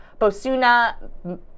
Bosuna